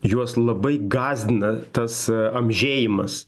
juos labai gąsdina tas amžėjimas